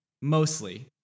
mostly